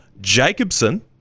Jacobson